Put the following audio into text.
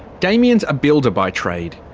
damian's a builder by trade.